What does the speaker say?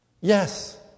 Yes